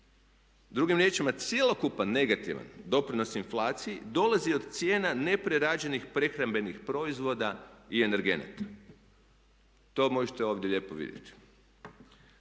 drugim riječima cjelokupan negativan doprinos inflaciji dolazi od cijena neprerađenih prehrambenih proizvoda i energenata. To možete ovdje lijepo vidjeti.